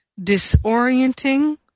disorienting